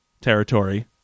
territory